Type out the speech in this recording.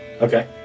Okay